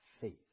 Faith